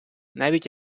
навіть